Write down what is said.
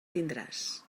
tindràs